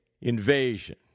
invasion